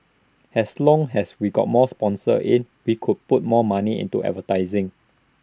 as long as we got more sponsors in we could put more money into advertising